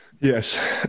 Yes